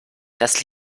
das